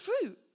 fruit